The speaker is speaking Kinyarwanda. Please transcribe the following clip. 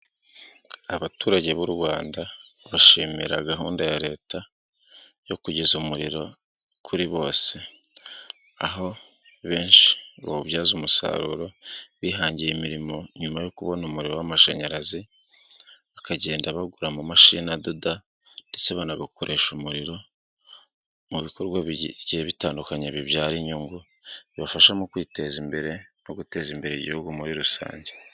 Abaturage b'u Rwanda bashimira gahunda ya leta yo kugeza umuriro kuri bose, aho benshi bawubyaze umusaruro bihangiye imirimo nyuma yo kubona umuriro w'amashanyarazi, bakagenda bagura mu mashinidoda ndetse banakoresha umuriro mu bikorwa bitandukanye bibyara inyungu, bibafasha mu kwiteza imbere no guteza imbere igihugu muri rusange.